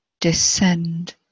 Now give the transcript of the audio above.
descend